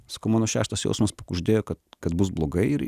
sakau manau šeštas jausmas pakuždėjo kad kad bus blogai ir